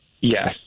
Yes